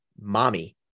mommy